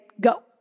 go